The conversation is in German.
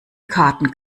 karten